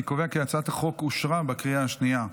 אני קובע כי הצעת החוק אושרה בקריאה שנייה.